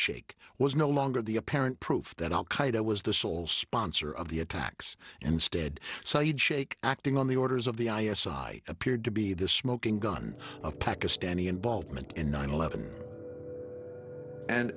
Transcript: shaykh was no longer the apparent proof that al qaeda was the sole sponsor of the attacks instead sayed shaikh acting on the orders of the i s i appeared to be the smoking gun of pakistani involvement in nine eleven and